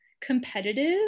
competitive